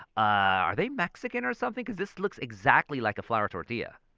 are they mexican or something? because this looks exactly like a flour tortilla.